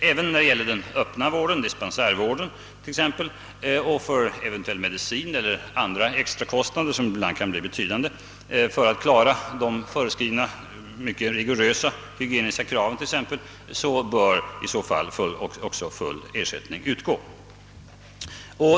även när det gäller den öppna vården, t.ex. dispensärvården, och för eventuell medicin och andra kostnader, som ibland kan bli betydande för att uppfylla de föreskrivna mycket rigorösa hygieniska kraven, bör full ersättning utgå.